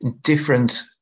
different